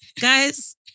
Guys